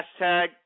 hashtag